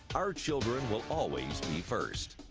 our children will always be first.